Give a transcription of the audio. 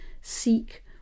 seek